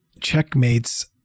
checkmates